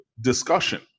discussion